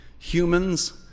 humans